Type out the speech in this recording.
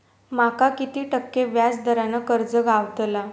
माका किती टक्के व्याज दरान कर्ज गावतला?